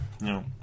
No